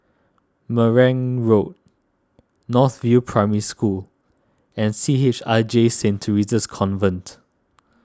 Marang Road North View Primary School and C H I J Saint theresa's Convent